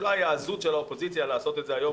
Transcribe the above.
אולי העזות של האופוזיציה לעשות את זה היום,